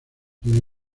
tiene